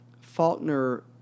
Faulkner